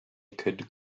could